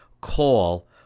call